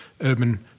urban